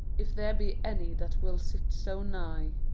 if there be any that will sit so nigh